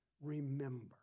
remember